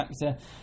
factor